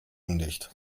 undicht